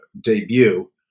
Debut